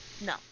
No